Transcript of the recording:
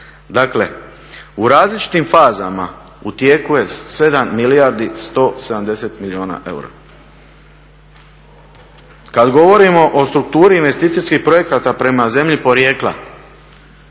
Dakle, u različitim fazama u tijeku je 7 milijardi 170 milijuna eura. Kad govorimo o strukturi investicijskih projekata prema zemlji porijekla